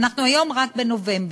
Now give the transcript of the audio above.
אנחנו היום רק בנובמבר,